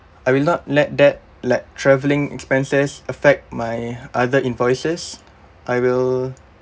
I will not let that let traveling expenses affect my other invoices I will